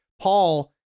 Paul